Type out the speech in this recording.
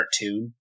cartoon